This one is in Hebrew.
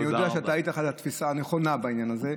ואני יודע שאתה, הייתה לך תפיסה נכונה בעניין הזה.